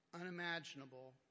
unimaginable